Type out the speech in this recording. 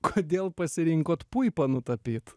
kodėl pasirinkot puipą nutapyt